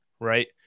right